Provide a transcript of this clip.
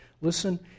listen